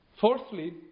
Fourthly